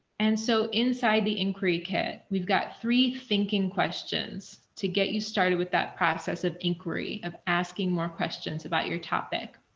and so inside the inquiry kit. we've got three thinking questions to get you started with that process of inquiry of asking more questions about your topic.